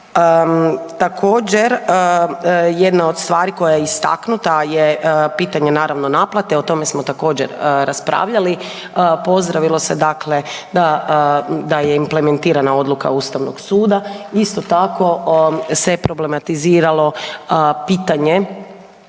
Također jedna od stvari koja je istaknuta je pitanje naravno naplate, o tome smo također raspravljali. Pozdravilo se dakle da je implementirana odluka ustavnog suda. Isto tako se je problematiziralo pitanje